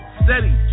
steady